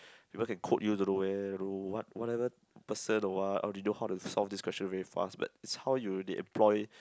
people can quote you don't know where don't know what whatever person or what or they know how to solve this question very fast but it's how you they employ